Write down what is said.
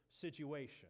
situation